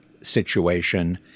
situation